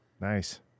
Nice